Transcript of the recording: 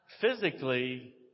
Physically